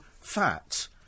fat